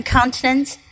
Continents